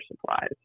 supplies